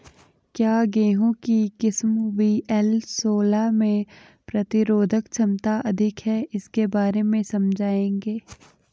क्या गेहूँ की किस्म वी.एल सोलह में प्रतिरोधक क्षमता अधिक है इसके बारे में समझाइये?